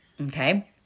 Okay